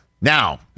Now